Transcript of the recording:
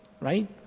right